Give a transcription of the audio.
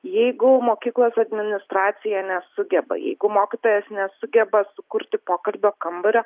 jeigu mokyklos administracija nesugeba jeigu mokytojas nesugeba sukurti pokalbio kambario